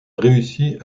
réussit